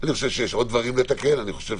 למשל